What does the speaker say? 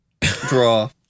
draw